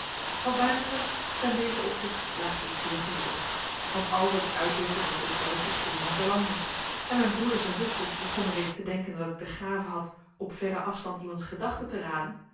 wat mij betreft ten dezen opzichte slaagde ik zeer gelukkig want al wat ik uitdeelde was ook juist hetgeen men verlangde en mijn broeders en zusters begonnen reeds te denken dat ik de gaaf had op verren afstand iemands gedachten te raden